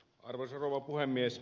arvoisa rouva puhemies